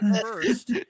first